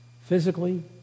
physically